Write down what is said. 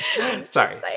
Sorry